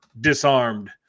disarmed